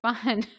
fun